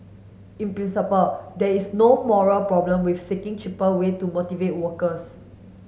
in principle there is no moral problem with seeking cheaper way to motivate workers